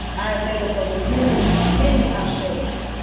i am made up of many, many ashes.